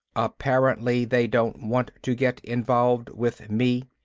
apparently they don't want to get involved with me.